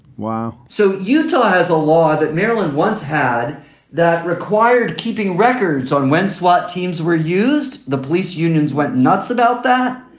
wow. so utah has a law that maryland once had that required keeping records on when swat teams were used. the police unions went nuts about that.